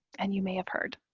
and you may have heard.